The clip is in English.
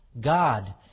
God